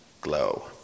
glow